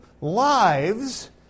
lives